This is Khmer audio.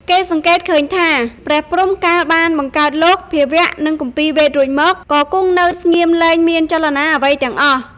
គេសង្កេតឃើញថា ព្រះព្រហ្មកាលបានបង្កើតលោក ភាវៈ និងគម្ពីរវេទរួចមក ក៏គង់នៅស្ងៀមលែងមានចលនាអ្វីទាំងអស់។